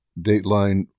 Dateline